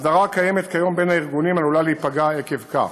ההסדרה הקיימת כיום בין הארגונים עלולה להיפגע עקב כך.